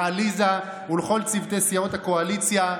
לעליזה ולכל צוותי סיעות הקואליציה,